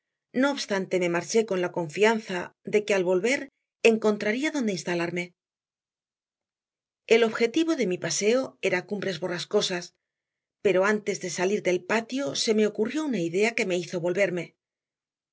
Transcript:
no obstante me marché con la confianza de que al volver encontraría donde instalarme el objetivo de mi paseo era cumbres borrascosas pero antes de salir del patio se me ocurrió una idea que me hizo volverme